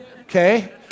Okay